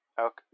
Okay